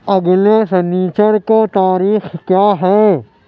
اگلے شنیچر کو تاریخ کیا ہے